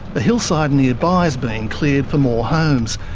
but hillside nearby is being cleared for more homes,